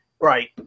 Right